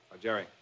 jerry